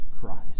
Christ